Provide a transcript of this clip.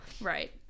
right